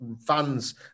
fans